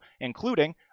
including